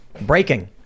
breaking